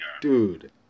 dude